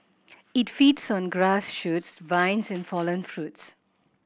it feeds on grass shoots vines and fallen fruits